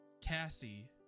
cassie